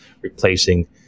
replacing